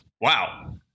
Wow